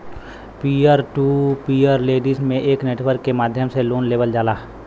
peer to peer lending में एक network के माध्यम से लोन लेवल जाला